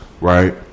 right